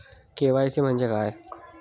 KYC म्हणजे काय?